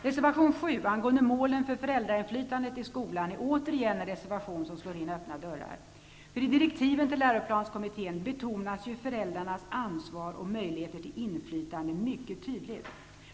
Reservation 7 angående målen för föräldrainflytande i skolan är återigen en reservation som slår in öppna dörrar. I direktiven till läroplanskommittén betonas ju föräldrarnas ansvar och möjligheter till inflytande mycket tydligt.